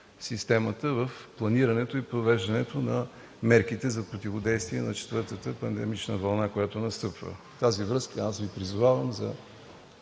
системата в планирането и провеждането на мерките за противодействие на четвъртата пандемична вълна, която настъпва. В тази връзка аз Ви призовавам за